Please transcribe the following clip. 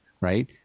right